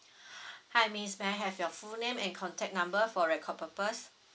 hi miss may I have your full name and contact number for record purpose